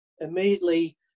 immediately